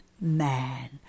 man